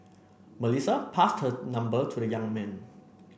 Melissa passed her number to the young man